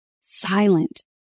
silent